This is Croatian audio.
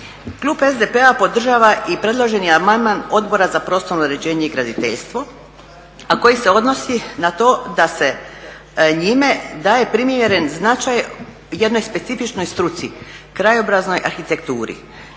Klub SDP-a podržava i predloženi amandman Odbora za prostorno uređenje i graditeljstvo, a koji se odnosi na to da se njime daje primjeren značaj jednoj specifičnoj struci krajobraznoj arhitekturi.